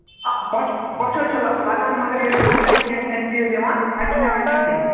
آ بۅچھِ بۅچھِ حظ چھِ لَگان مَگر ییٚلہِ برٛونٛہہ کَنہِ چھُ کیٚنٛہہ کھٮ۪نہٕ چیٖز یِوان اَتہِ چھِنہٕ ہٮ۪کان کھٮ۪تھٕے